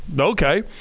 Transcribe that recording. okay